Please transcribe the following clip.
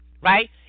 right